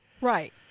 Right